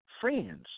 friends